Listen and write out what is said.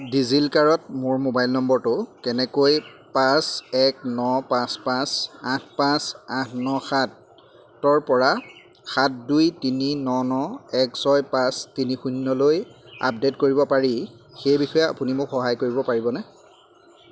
ডিজিল'কাৰত মোৰ মোবাইল নম্বৰটো কেনেকৈ পাঁচ এক ন পাঁচ পাঁচ আঠ পাঁচ আঠ ন সাতৰ পৰা সাত দুই তিনি ন ন এক ছয় পাঁচ তিনি শূন্যলৈ আপডেট কৰিব পাৰি সেই বিষয়ে আপুনি মোক সহায় কৰিব পাৰিবনে